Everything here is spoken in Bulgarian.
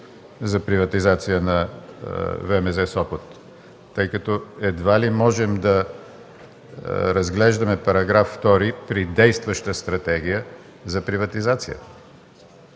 за приватизация на ВМЗ – Сопот, тъй като едва ли можем да разглеждаме § 2 при действаща Стратегия за приватизация.